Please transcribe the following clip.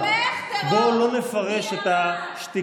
אבל אני מסביר לך, כי הערת לי.